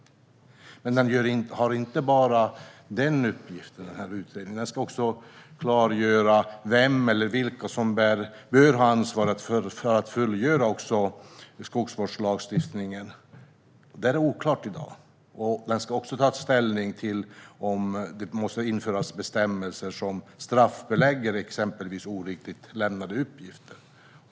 Utredningen har dock inte bara denna uppgift utan ska också klargöra vem eller vilka som bör ha ansvar för att fullgöra skogsvårdslagstiftningen. Detta är i dag oklart. Den ska även ta ställning till om bestämmelser måste införas som straffbelägger exempelvis oriktigt lämnade uppgifter.